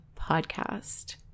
podcast